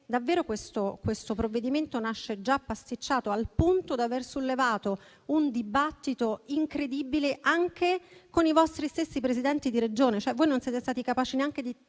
davvero questo provvedimento nasce già pasticciato, al punto da aver sollevato un dibattito incredibile anche con i vostri stessi Presidenti di Regione: